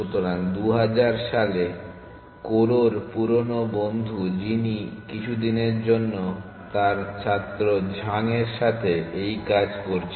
সুতরাং 2000 সালে কোরোর পুরোনো বন্ধু যিনি কিছুদিনের জন্য তার ছাত্র ঝাং এর সাথে এই কাজ করছেন